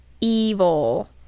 evil